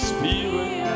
Spirit